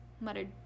muttered